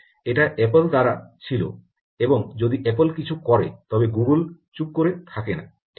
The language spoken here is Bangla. এটি অ্যাপল দ্বারা ছিল এবং যদি অ্যাপল কিছু করে তবে গুগল চুপ করে থাকেনা ঠিক আছে